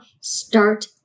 start